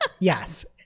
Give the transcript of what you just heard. Yes